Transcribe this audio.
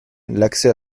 l’accès